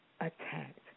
attacked